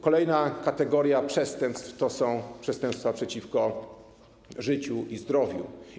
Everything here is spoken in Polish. Kolejna kategoria przestępstw to przestępstwa przeciwko życiu i zdrowiu.